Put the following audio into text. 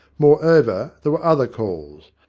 moreover, there were other calls.